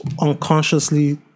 unconsciously